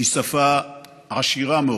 היא שפה עשירה מאוד,